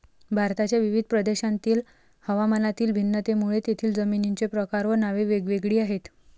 भारताच्या विविध प्रदेशांतील हवामानातील भिन्नतेमुळे तेथील जमिनींचे प्रकार व नावे वेगवेगळी आहेत